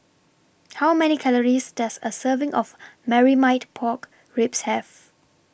How Many Calories Does A Serving of Marmite Pork Ribs Have